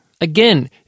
Again